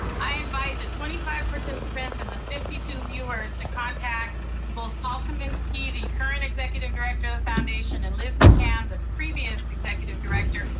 i invite the twenty five participants and the fifty two viewers to contact both paul kaminski, the current executive director of the foundation, and liz mccann, the previous executive director,